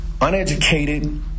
uneducated